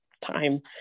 time